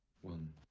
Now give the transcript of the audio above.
one